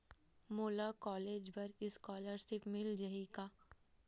मोला कॉलेज बर स्कालर्शिप मिल जाही का?